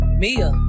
mia